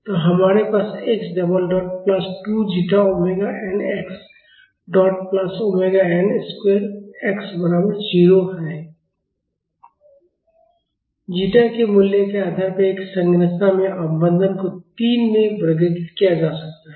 तो हमारे पास x double dot plus 2 zeta omega n x dot plus omega n square x बराबर 0 है जीटा के मूल्य के आधार पर एक संरचना में अवमंदन को तीन में वर्गीकृत किया जा सकता है